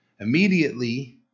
immediately